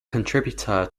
contributor